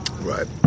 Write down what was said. Right